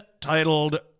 titled